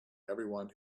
everyone